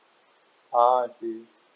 ah I see